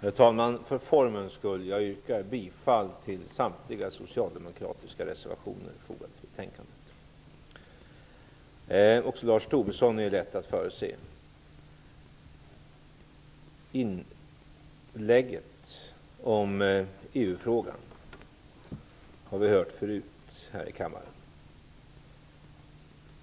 Herr talman! För formens skull yrkar jag bifall till samtliga socialdemokratiska reservationer som är fogade till betänkandet. Också Lars Tobisson är lätt att förutse. Inlägget om EU-frågan har vi hört förut här i kammaren.